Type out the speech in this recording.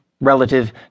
relative